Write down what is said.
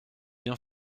bien